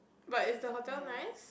but is the hotel nice